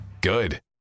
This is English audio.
Good